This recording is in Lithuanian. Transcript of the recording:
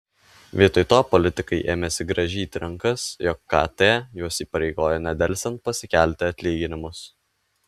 vietoj to politikai ėmėsi grąžyti rankas jog kt juos įpareigojo nedelsiant pasikelti atlyginimus